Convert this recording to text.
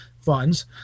funds